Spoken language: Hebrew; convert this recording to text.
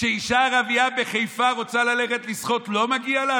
כשאישה ערבייה בחיפה רוצה ללכת לשחות, לא מגיע לה?